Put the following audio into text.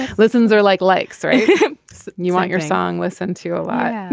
listeners are like like so you want your song listen to your life.